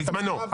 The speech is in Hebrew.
בזמנו.